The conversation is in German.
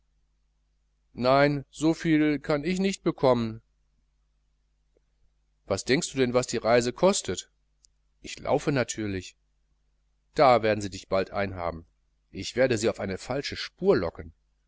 nein soviel kann ich nicht bekommen was denkst du denn was die reise kostet ich laufe natürlich da werden sie dich bald einhaben ich werde sie auf eine falsche spur locken